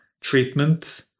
treatment